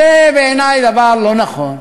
בעיני זה דבר לא נכון,